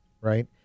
right